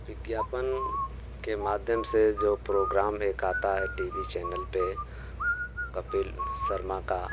विज्ञापन के माध्यम से जो प्रोग्राम एक आता है टी वी चैनल पर कपिल शर्मा का